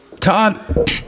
Todd